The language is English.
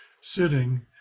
sitting